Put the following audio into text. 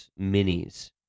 minis